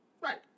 Right